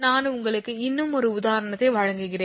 நான் உங்களுக்கு இன்னும் ஒரு உதாரணத்தை வழங்குகிறேன்